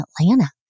Atlanta